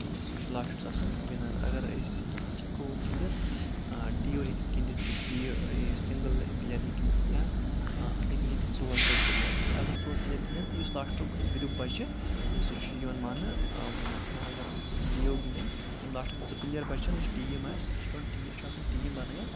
سُہ چھُ لاسٹَس آسان وِنَر اگر أسۍ اَتھ ہیٚکو گِنٛدِتھ ڈی او ہیٚکِتھ گِنٛدِتھ تہٕ سنٛگٕل پٕلیر ہیٚکہِ گِنٛدِتھ یا اَتھ ہیٚکہِ گِنٛدِتھ ژور ژور پٕلیر تہِ اگر ژور پٕلیر گِنٛدن تہٕ یُس لاسٹُک گرُپ بَچہِ سُہ چھُ یِوان ماننہٕ وِنَر یا اگر زٕ ڈی او گِنٛدن یِم لاسٹَس زٕ پٕلیر بَچان یُس ٹیٖم آسہِ اَتھ چھُ پؠوان ٹیٖم اَتھ چھُ آسان ٹیٖم بَنٲیِتھ